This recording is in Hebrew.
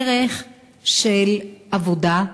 ערך של עבודה,